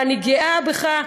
ואני גאה בך,